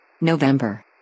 november